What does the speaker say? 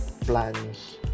plans